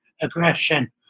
aggression